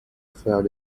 failed